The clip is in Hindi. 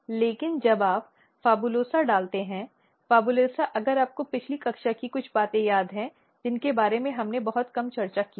लेकिन जब आप PHABULOSA डालते हैं PHABULOSA अगर आपको पिछली कक्षा की कुछ बातें याद हैं जिनके बारे में हमने बहुत कम चर्चा की है